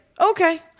okay